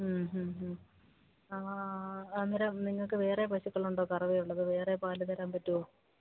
മ് മ് മ് ആ അന്നേരം നിങ്ങൾക്ക് വേറെ പശുക്കളുണ്ടോ കറവയുള്ളത് വേറെ പാൽ തരാൻ പറ്റുമോ